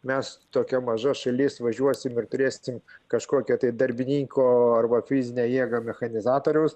mes tokia maža šalis važiuosim ir turėsim kažkokią tai darbininko arba fizinę jėgą mechanizatoriaus